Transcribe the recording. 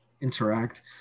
interact